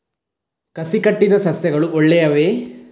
ಕಸಿ ಕಟ್ಟಿದ ಸಸ್ಯಗಳು ಒಳ್ಳೆಯವೇ?